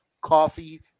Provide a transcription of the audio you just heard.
coffee